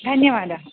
धन्यवादः